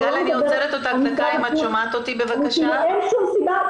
אני כבר לא מדברת על משרד --- אין שום סיבה,